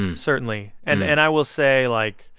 and certainly. and and i will say, like,